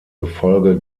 gefolge